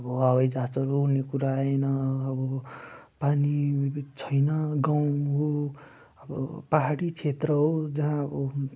अब हवाइजहाजहरू हुने कुरा आएन अब पानी छैन गाउँ हो अब पाहाडी क्षेत्र हो जहाँ अब